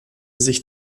sich